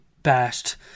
bashed